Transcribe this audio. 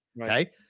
Okay